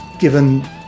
given